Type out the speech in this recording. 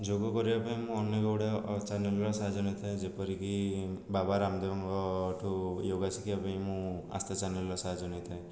ଯୋଗ କରିବା ପାଇଁ ମୁଁ ଅନେକ ଗୁଡ଼ିଏ ଚ୍ୟାନେଲ୍ର ସାହାଯ୍ୟ ନେଇଥାଏ ଯେପରିକି ବାବା ରାମଦେବଙ୍କଠୁ ୟୋଗା ଶିଖିବା ପାଇଁ ମୁଁ ଆସ୍ଥା ଚ୍ୟାନେଲ୍ର ସାହାଯ୍ୟ ନେଇଥାଏ